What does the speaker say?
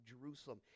Jerusalem